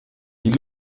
die